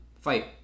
fight